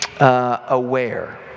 aware